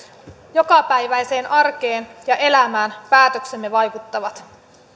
jokapäiväiseen arkeen ja elämään päätöksemme vaikuttavat